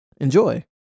Enjoy